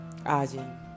ajin